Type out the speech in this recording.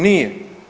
Nije.